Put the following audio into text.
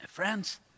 Friends